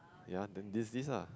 ya then dean's list lah